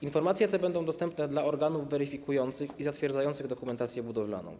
Informacje te będą dostępne dla organów weryfikujących i zatwierdzających dokumentację budowlaną.